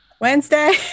Wednesday